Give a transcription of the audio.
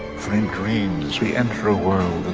from dreams we enter a world